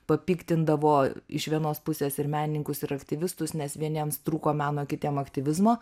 papiktindavo iš vienos pusės ir menininkus ir aktyvistus nes vieniems trūko meno kitiem aktyvizmo